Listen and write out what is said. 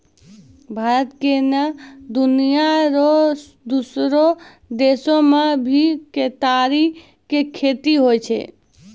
भारत ही नै, दुनिया रो दोसरो देसो मॅ भी केतारी के खेती होय छै